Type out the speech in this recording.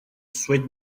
switch